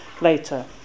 later